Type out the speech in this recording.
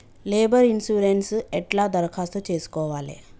Labour insurance ఎట్ల దరఖాస్తు చేసుకోవాలే?